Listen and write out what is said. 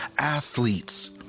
athletes